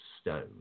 stone